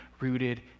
rooted